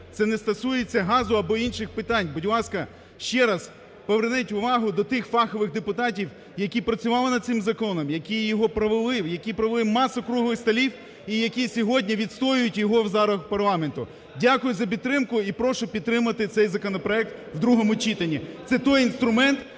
це не стосується газу або інших питань. Будь ласка, ще раз поверніть увагу до тих фахових депутатів, які працювали над цим законом, які його провели, які провели масу круглих столів і які сьогодні відстоюють його зараз в парламенті. Дякую за підтримку і прошу підтримати цей законопроект в другому читанні, це той інструмент,